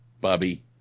Bobby